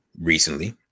recently